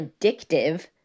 addictive